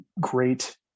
great